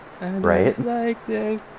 Right